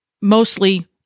mostly